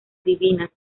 divinas